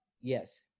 Yes